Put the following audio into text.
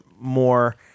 more